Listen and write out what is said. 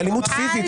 לאלימות פיזית.